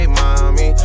mommy